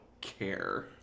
care